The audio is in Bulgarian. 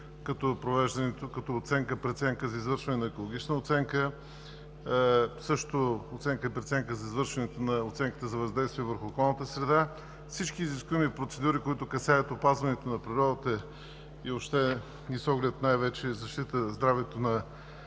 оценка, преценка за извършването на екологична оценка, също оценка и преценка за извършването на оценката за въздействие върху околната среда, всички изискуеми процедури, които касаят опазването на природата и въобще и с оглед най вече защита на здравето на всички нас,